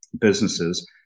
businesses